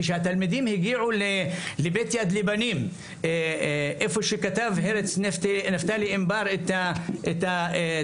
כשהתלמידים הגיעו לבית יד לבנים איפה שכתב נפתלי אימבר את התקווה,